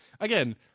again